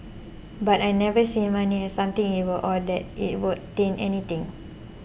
but I've never seen money as something evil or that it would taint anything